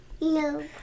No